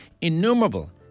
innumerable